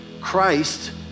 Christ